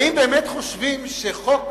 האם באמת חושבים שחוק